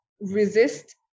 resist